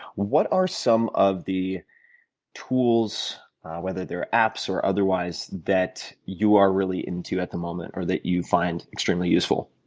what are some of the tools whether they're apps or otherwise that you are really into at the moment or that you find extremely useful?